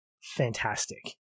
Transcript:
fantastic